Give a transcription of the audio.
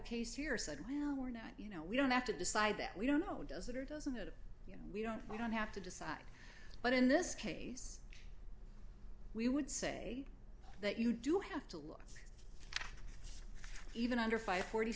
case here said well we're not you know we don't have to decide that we don't know does it or doesn't it you know we don't we don't have to decide but in this case we would say that you do have to look even under five